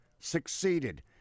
succeeded